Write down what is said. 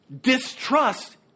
distrust